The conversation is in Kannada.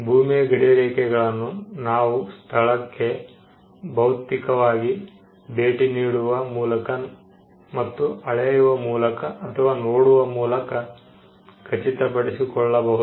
ಭೂಮಿಯ ಗಡಿರೇಖೆಗಳನ್ನು ನಾವು ಸ್ಥಳಕ್ಕೆ ಭೌತಿಕವಾಗಿ ಭೇಟಿ ನೀಡುವ ಮೂಲಕ ಮತ್ತು ಅಳೆಯುವ ಮೂಲಕ ಅಥವಾ ನೋಡುವ ಮೂಲಕ ಖಚಿತಪಡಿಸಿಕೊಳ್ಳಬಹುದು